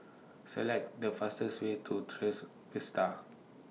Select The fastest Way to Tres Vista